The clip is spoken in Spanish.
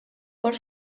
por